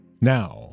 now